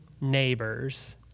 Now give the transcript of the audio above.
neighbors